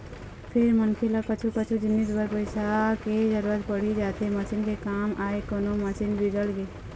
फेर मनखे ल कछु कछु जिनिस बर पइसा के जरुरत पड़ी जाथे मसीन के काम आय कोनो मशीन बिगड़गे